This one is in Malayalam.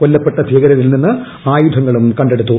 കൊല്ലപ്പെട്ട ഭീകരരിൽ നിന്ന് ആയുധങ്ങളും കണ്ടെടുത്തു